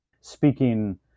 Speaking